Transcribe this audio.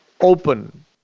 open